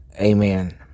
Amen